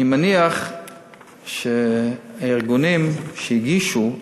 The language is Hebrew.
אני מניח שהארגונים שהגישו,